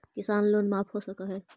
किसान लोन माफ हो सक है?